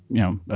you know,